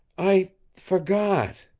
i forgot,